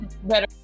better